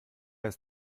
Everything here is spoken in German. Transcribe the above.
ist